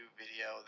video